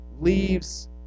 leaves